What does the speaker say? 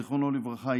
זיכרונו לברכה,